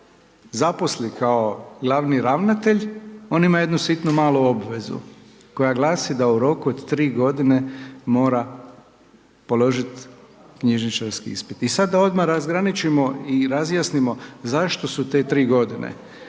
zaposli kao glavni ravnatelj on ima jednu sitnu malu obvezu koja glasi da u roku od 3 godine mora položiti knjižničarski ispit. I sada odmah da razgraničimo i razjasnimo zašto su te tri godine.